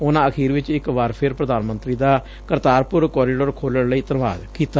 ਉਨੂਂ ਅਖੀਰ ਚ ਇਕ ਵਾਰ ਫਿਰ ਪ੍ਰਧਾਨ ਮੰਤਰੀ ਦਾ ਕਰਤਾਰਪੁਰ ਕੋਰੀਡੋਰ ਖੋਲੂਣ ਲਈ ਧੰਨਵਾਦ ਕੀਤਾ